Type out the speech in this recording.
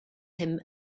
him